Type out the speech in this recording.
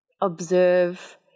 observe